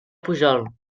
pujol